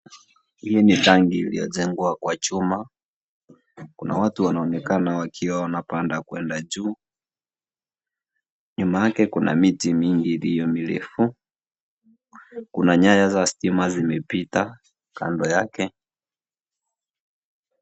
Hii ni tangi iliyojengwa kwa chuma. Kuna watu wanaonekana wakiwa wanapanda kwenda juu, nyuma yake kuna miti mingi iliyo mirefu. Kuna nyaya za stima zimepita kando yake.